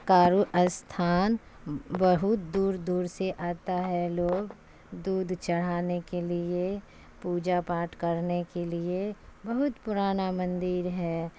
کارو اسھان بہت دور دور سے آتا ہے لوگ دودھ چڑھانے کے لیے پوجا پاٹھ کرنے کے لیے بہت پرانا مندر ہے